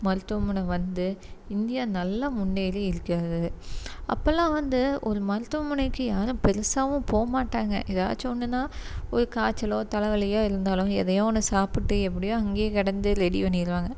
மருத்துவமனை வந்து இந்தியா நல்லா முன்னேறி இருக்கிறது அப்போல்லாம் வந்து ஒரு மருத்துவமனைக்கு யாரும் பெருசாகவும் போக மாட்டாங்க எதாச்சும் ஒன்றுன்னா ஒரு காய்ச்சலோ தலைவலியா இருந்தாலும் எதையோ ஒன்று சாப்பிட்டு எப்படியும் அங்கேயே கடந்து ரெடி பண்ணிடுவாங்க